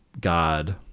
God